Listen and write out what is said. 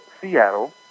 Seattle